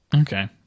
Okay